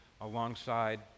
alongside